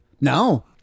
No